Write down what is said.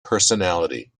personality